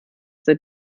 seit